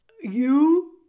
You